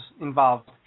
involved